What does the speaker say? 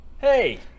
hey